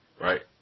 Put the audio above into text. right